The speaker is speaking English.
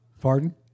Pardon